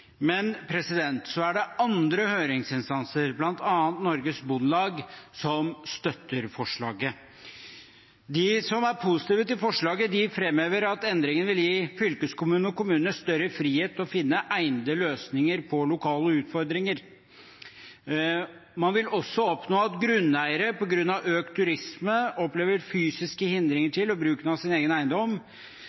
Andre høringsinstanser, bl.a. Norges Bondelag, støtter forslaget. De som er positive til forslaget, framhever at endringen vil gi fylkeskommunene og kommunene større frihet til å finne egnede løsninger på lokale utfordringer. På grunn av økt turisme opplever grunneiere i dag fysiske hindringer for bruk av sin egen eiendom,